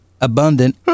abundant